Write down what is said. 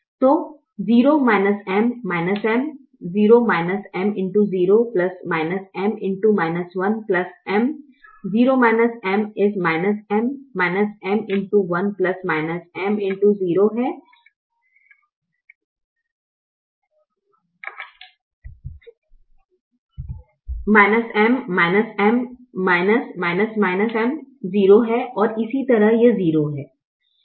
तो M M M है है M M 0 है और इसी तरह यह 0 है